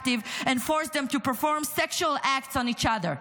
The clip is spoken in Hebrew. and forced them to perform sexual acts on each other?